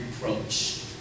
reproach